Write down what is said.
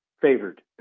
favored